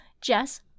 Jess